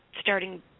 starting